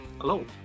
Hello